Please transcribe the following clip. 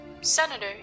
Senator